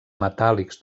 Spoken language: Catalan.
metàl·lics